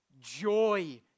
joy